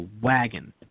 wagon